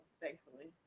thankfully